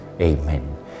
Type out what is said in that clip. Amen